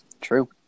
True